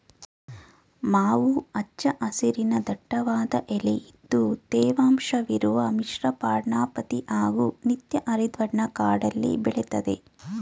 ಮಾವು ಹಚ್ಚ ಹಸಿರಿನ ದಟ್ಟವಾದ ಎಲೆಇದ್ದು ತೇವಾಂಶವಿರುವ ಮಿಶ್ರಪರ್ಣಪಾತಿ ಹಾಗೂ ನಿತ್ಯಹರಿದ್ವರ್ಣ ಕಾಡಲ್ಲಿ ಬೆಳೆತದೆ